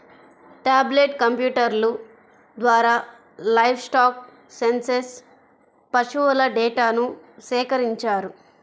tablet కంప్యూటర్ల ద్వారా livestock census పశువుల డేటాను సేకరించారు